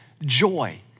joy